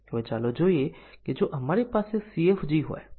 અન્ય basic condition કેટલાક અચળ મૂલ્ય પર હોવી જોઈએ